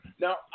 now